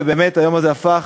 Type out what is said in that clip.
ובאמת, היום הזה הפך